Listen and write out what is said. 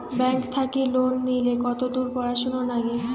Bank থাকি loan নিলে কতদূর পড়াশুনা নাগে?